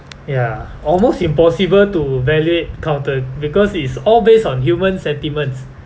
ya almost impossible to valuate because it's all based on human sentiments